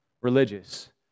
religious